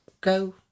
go